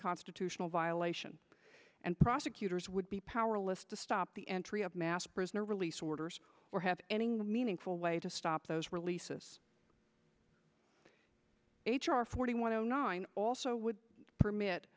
constitutional violation and prosecutors would be powerless to stop the entry of mass prisoner release orders or have any meaningful way to stop those releases h r forty one o nine also would permit